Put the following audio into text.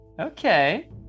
Okay